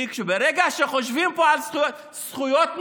כי ברגע שחושבים פה על זכויות נשים,